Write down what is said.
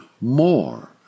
more